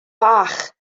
bach